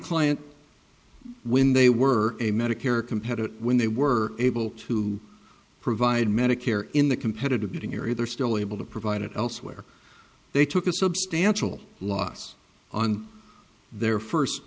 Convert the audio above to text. client when they were a medicare competitor when they were able to provide medicare in the competitive bidding area they're still able to provide it elsewhere they took a substantial loss on their first